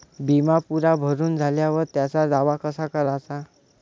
बिमा पुरा भरून झाल्यावर त्याचा दावा कसा कराचा?